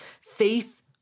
faith